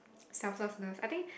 selflessness I think